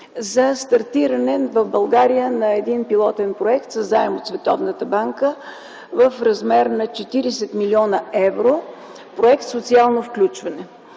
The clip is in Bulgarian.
за стартиране в България на пилотен проект със заем от Световната банка в размер на 40 млн. евро – проект „Социално включване”.